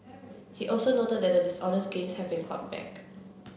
he also noted that the dishonest gains had been clawed back